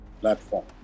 platform